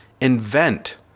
invent